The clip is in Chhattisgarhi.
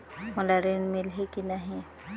मोला ऋण मिलही की नहीं?